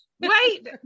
Wait